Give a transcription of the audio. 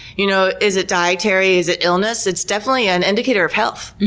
you know, is it dietary, is it illness? it's definitely an indicator of health.